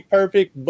perfect